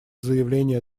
заявления